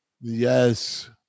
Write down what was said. Yes